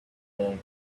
day